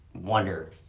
wonder